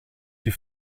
die